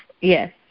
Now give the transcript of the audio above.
Yes